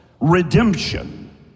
Redemption